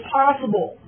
possible